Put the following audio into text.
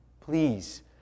Please